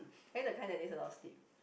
are you the kind that needs a lot of sleep